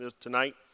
tonight